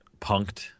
punked